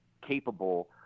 capable